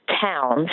towns